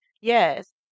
Yes